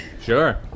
Sure